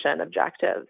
objectives